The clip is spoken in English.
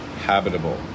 habitable